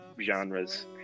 genres